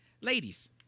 Ladies